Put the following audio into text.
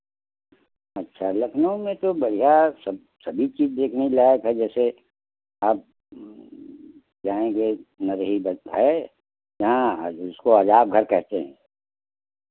अच्छा लखनऊ में तो बढ़ियाँ सब सभी चीज़ देखने लायक है जैसे आप जाएंगे मगही बस है यहाँ जिसको अजायबघर कहते हैं